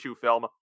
film